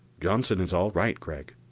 johnson is all right, gregg.